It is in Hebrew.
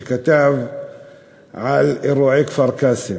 על אירועי כפר-קאסם,